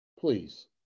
please